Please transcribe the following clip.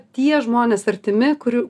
tie žmonės artimi kurių